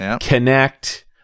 connect